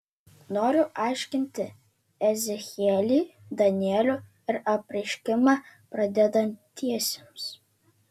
noriu aiškinti ezechielį danielių ir apreiškimą pradedantiesiems